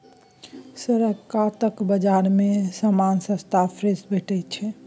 सड़क कातक बजार मे समान सस्ता आ फ्रेश भेटैत छै